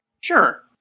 Sure